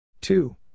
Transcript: Two